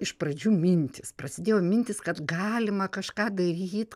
iš pradžių mintys prasidėjo mintis kad galima kažką daryt